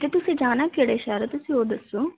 ਅਤੇ ਤੁਸੀਂ ਜਾਣਾ ਕਿਹੜੇ ਸ਼ਹਿਰ ਹੈ ਤੁਸੀਂ ਉਹ ਦੱਸੋ